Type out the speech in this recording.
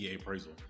appraisal